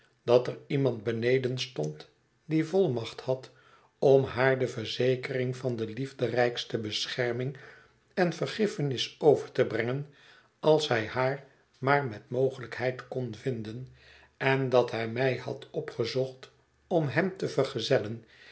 dat er iemand beneden stond die volmacht had om haar de verzekering van de liefderijkste bescherming en vergiffenis over te brengen als hij haar maar met mogelijkheid kon vinden en dat hij mij had opgezocht om hem te vergezellen